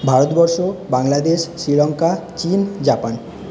ভারতবর্ষ বাংলাদেশ শ্রীলঙ্কা চীন জাপান